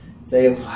say